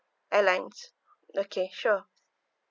airlines okay sure